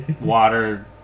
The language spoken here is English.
water